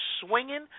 swinging